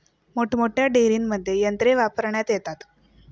मोठमोठ्या डेअरींमध्ये यंत्रे वापरण्यात येतात